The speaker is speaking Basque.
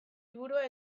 liburua